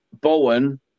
Bowen